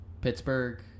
Pittsburgh